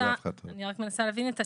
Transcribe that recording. אני מנסה להבין את הטיעון.